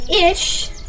Ish